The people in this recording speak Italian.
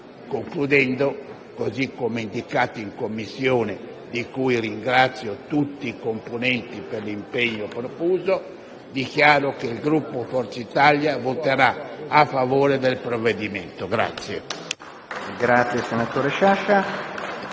Concludendo, così come indicato in Commissione, di cui ringrazio tutti i componenti per l'impegno profuso, dichiaro che il Gruppo Forza Italia voterà a favore del provvedimento.